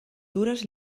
dures